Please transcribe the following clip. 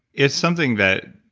it's something that,